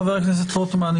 חבר הכנסת רוטמן,